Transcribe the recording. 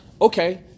okay